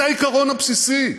זה העיקרון הבסיסי.